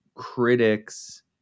critics